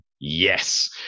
Yes